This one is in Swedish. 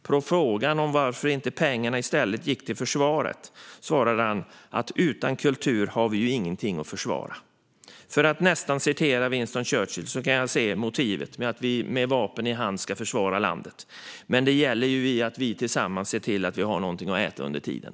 På frågan om varför pengarna inte i stället gick till försvaret svarade han: Utan kultur har vi ingenting att försvara. För att referera till Winston Churchill kan jag se motivet att vi med vapen i hand ska försvara landet. Men det gäller att vi tillsammans ser till att vi har någonting att äta under tiden.